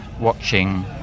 watching